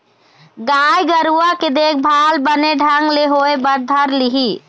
गाय गरुवा के देखभाल बने ढंग ले होय बर धर लिही